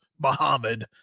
Muhammad